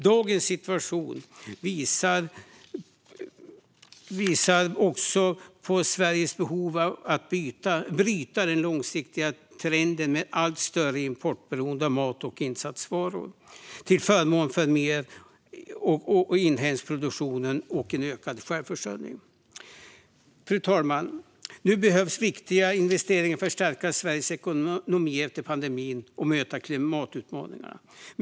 Dagens situation visar också på Sveriges behov av att bryta den långsiktiga trenden med allt större importberoende av mat och insatsvaror, till förmån för mer inhemsk produktion och ökad självförsörjning. Fru talman! Nu behövs viktiga investeringar för att stärka Sveriges ekonomi efter pandemin och möta klimatutmaningarna.